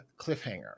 cliffhanger